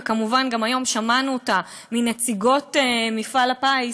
וכמובן היום גם שמענו אותה מנציגות מפעל הפיס,